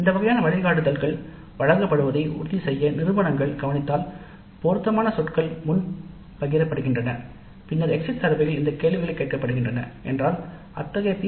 இந்த வகையான வழிகாட்டுதல்கள் வழங்கப்படுவதை உறுதி செய்ய நிறுவனங்கள் கவனித்தால் பொருத்தமான சொற்கள் முன் பகிரப்படுகின்றன பின்னர் எக்ஸிட் சர்வேயில் இந்த கேள்விகள் கேட்கப்படுகின்றன என்றால் அத்தகைய பி